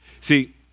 See